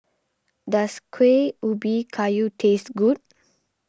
does Kuih Ubi Kayu taste good